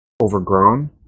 overgrown